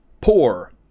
poor